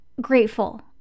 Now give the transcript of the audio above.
grateful